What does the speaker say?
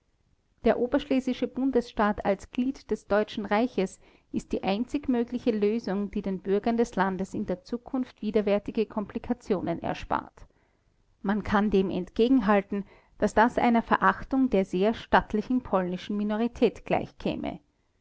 der oberschlesische bundesstaat als glied des deutschen reiches ist die einzig mögliche lösung die den bürgern des landes in der zukunft widerwärtige komplikationen erspart man kann dem entgegenhalten daß das einer verachtung der sehr stattlichen polnischen minorität